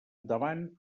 davant